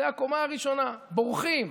זאת הקומה הראשונה, בורחים.